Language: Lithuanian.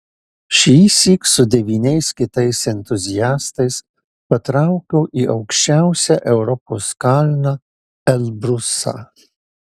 šįsyk su devyniais kitais entuziastais patraukiau į aukščiausią europos kalną elbrusą